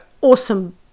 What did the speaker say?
awesome